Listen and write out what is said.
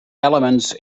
elements